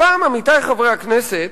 הפעם, עמיתי חברי הכנסת,